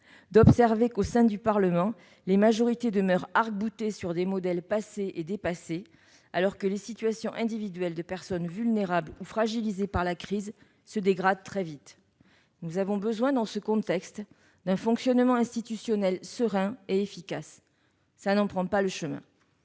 d'observer qu'au sein du Parlement les majorités demeurent arc-boutées sur des modèles passés et dépassés, alors que les situations individuelles des personnes vulnérables ou fragilisées par la crise se dégradent très vite. Dans ce contexte, nous avons besoin d'un fonctionnement institutionnel serein et efficace ; or nous n'en prenons pas le chemin.